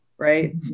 right